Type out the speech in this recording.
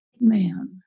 man